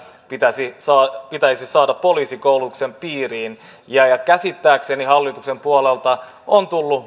pitäisi saada poliisikoulutuksen piiriin käsittääkseni hallituksen puolelta on tullut